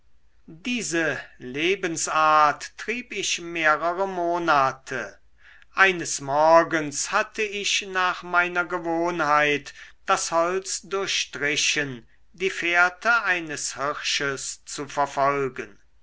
diese lebensart trieb ich mehrere monate eines morgens hatte ich nach meiner gewohnheit das holz durchstrichen die fährte eines hirsches zu verfolgen